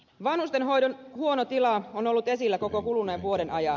vanhustenhoidon huono tila on ollut esillä koko kuluneen vuoden ajan